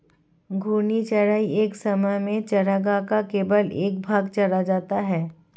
घूर्णी चराई एक समय में चरागाह का केवल एक भाग चरा जाता है